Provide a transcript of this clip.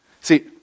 See